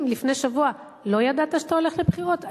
לפני שבוע לא ידעת שאתה הולך לבחירות?